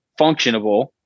functionable